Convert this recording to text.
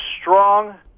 strong